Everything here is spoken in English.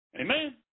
Amen